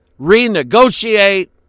renegotiate